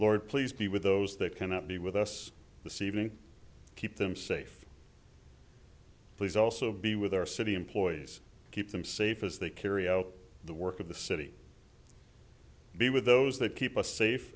lord please be with those that cannot be with us this evening keep them safe please also be with our city employees keep them safe as they carry out the work of the city be with those that keep us safe